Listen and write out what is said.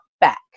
back